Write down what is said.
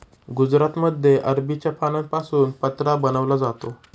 गुजरातमध्ये अरबीच्या पानांपासून पत्रा बनवला जातो